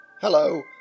Hello